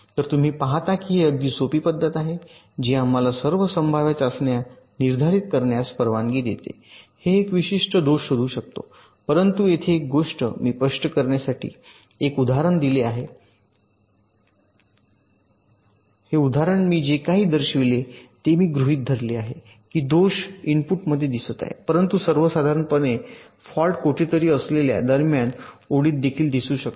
तर तुम्ही पाहता ही एक अगदी सोपी पद्धत आहे जी आम्हाला सर्व संभाव्य चाचण्या निर्धारित करण्यास परवानगी देते हे एक विशिष्ट दोष शोधू शकतो परंतु येथे एक गोष्ट मी स्पष्ट करण्यासाठी फक्त एक उदाहरण दिले आहे पद्धत आणि हे उदाहरण मी जे काही दर्शविले ते मी गृहीत धरले आहे की दोष आहे इनपुट मध्ये दिसत आहे परंतु सर्वसाधारणपणे फॉल्ट कोठेतरी असलेल्या दरम्यान ओळीत देखील दिसू शकतो